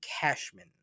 Cashman